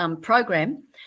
program